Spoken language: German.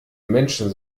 menschen